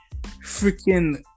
freaking